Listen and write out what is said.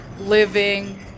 living